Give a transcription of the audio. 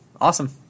Awesome